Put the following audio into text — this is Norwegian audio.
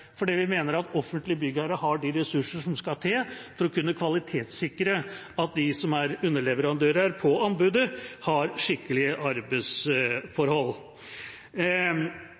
fordi vi mener at offentlige byggherrer har de ressursene som skal til for å kunne kvalitetssikre at de som er underleverandører på anbudet, har skikkelige arbeidsforhold.